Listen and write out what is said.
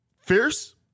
Fierce